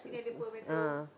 su~ si~ ah